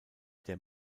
der